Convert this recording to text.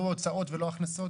לא הוצאות ולא הכנסות.